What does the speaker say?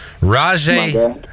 rajay